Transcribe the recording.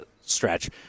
stretch